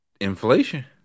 Inflation